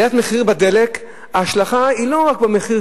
עליית מחיר הדלק משליכה לא רק על מחיר